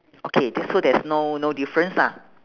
okay there's so there's no no difference lah